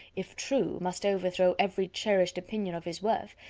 if true, must overthrow every cherished opinion of his worth,